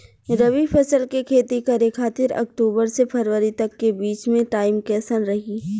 रबी फसल के खेती करे खातिर अक्तूबर से फरवरी तक के बीच मे टाइम कैसन रही?